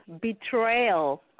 betrayal